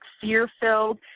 fear-filled